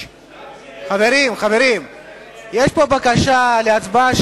יש פה בקשה להצבעה